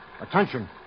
Attention